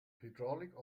hydraulic